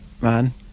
man